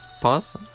Pause